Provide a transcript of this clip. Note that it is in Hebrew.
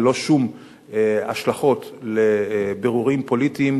ללא שום השלכות לבירורים פוליטיים,